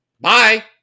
bye